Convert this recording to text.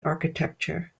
architecture